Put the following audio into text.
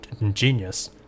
ingenious